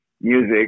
music